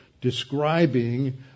describing